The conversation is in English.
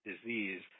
disease